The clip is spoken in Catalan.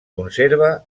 conserva